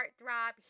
heartthrob